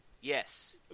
yes